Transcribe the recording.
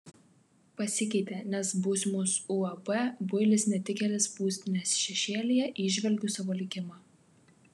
pasikeitė nes būsimos uab builis netikėlis būstinės šešėlyje įžvelgiu savo likimą